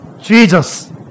Jesus